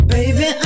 Baby